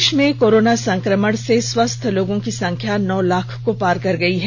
देश में कोरोना संक्रमण से स्वस्थ लोगों की संख्या नौ लाख को पार कर गई है